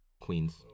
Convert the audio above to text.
queens